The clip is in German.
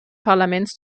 parlaments